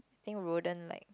think wouldn't like